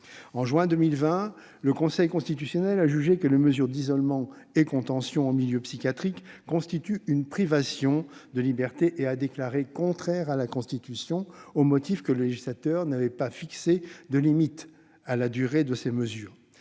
En juin 2020, le Conseil constitutionnel a jugé que les mesures d'isolement et de contention en milieu psychiatrique constituent une privation de liberté, et les a déclarées contraires à la Constitution, au motif que le législateur n'avait pas fixé de limite à la durée de ces mesures.